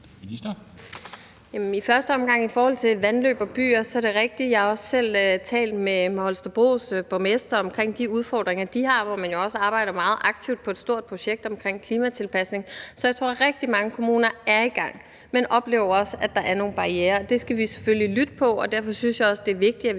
(Lea Wermelin): Først i forhold til vandløb og byer: Det er rigtigt, jeg har også selv talt med Holstebros borgmester om de udfordringer, de har, hvor man jo også arbejder meget aktivt på et stort projekt om klimatilpasning. Så jeg tror, at rigtig mange kommuner er i gang, men også oplever, at der er nogle barrierer. Det skal vi selvfølgelig lytte til. Derfor synes jeg også, det er vigtigt, at vi